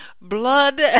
blood